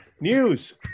News